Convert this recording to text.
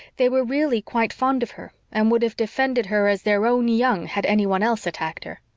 they were really quite fond of her, and would have defended her as their own young had anyone else attacked her.